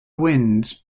winds